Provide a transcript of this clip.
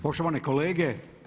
Poštovani kolege.